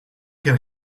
can